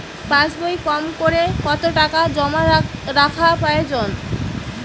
পাশবইয়ে কমকরে কত টাকা জমা রাখা প্রয়োজন?